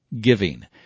Giving